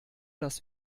das